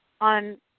on